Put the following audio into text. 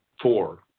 four